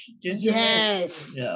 Yes